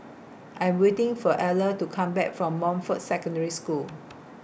I Am waiting For Eller to Come Back from Montfort Secondary School